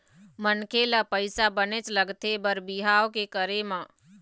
मनखे ल पइसा बनेच लगथे बर बिहाव के करे म